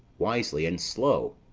wisely, and slow.